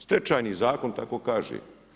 Stečajni zakon tako kaže.